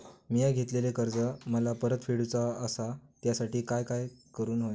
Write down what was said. मिया घेतलेले कर्ज मला परत फेडूचा असा त्यासाठी काय काय करून होया?